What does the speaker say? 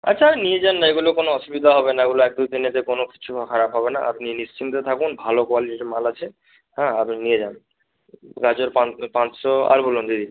আচ্ছা ওই নিয়ে যান না এইগুলো কোনো অসুবিধা হবে না ওগুলো এক দুদিনেতে কোনো কিছু খারাপ হবে না আপনি নিশ্চিন্ত থাকুন ভালো কোয়ালিটির মাল আছে হ্যাঁ আপনি নিয়ে যান গাজর পাঁচশো আর বলুন দিদি